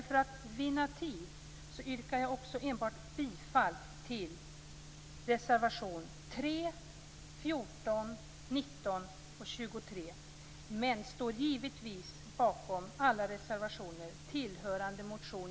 För att vinna tid yrkar jag dessutom bifall enbart till reservation 3, 14, 19 och 23. Men jag står givetvis bakom alla reservationer tillhörande motion